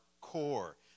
core